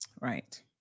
Right